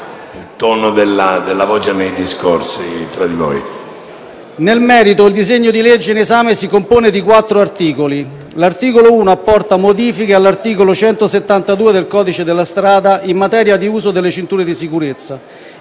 il tono della voce nei discorsi tra di voi. DESSI' *(M5S)*. Nel merito, il disegno di legge in esame si compone di quattro articoli. L'articolo 1 apporta modifiche all'articolo 172 del codice della strada in materia di uso delle cinture di sicurezza